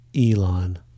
Elon